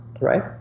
right